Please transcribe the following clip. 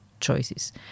choices